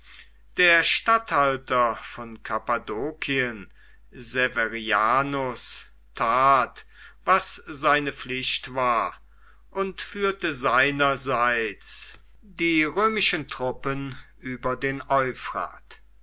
der statthalter von kappadokien severianus tat was seine pflicht war und führte seinerseits die römischen truppen über den